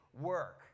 work